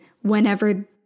whenever